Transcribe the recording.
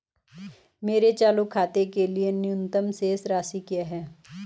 मेरे चालू खाते के लिए न्यूनतम शेष राशि क्या है?